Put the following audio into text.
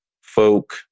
folk